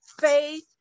Faith